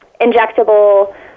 injectable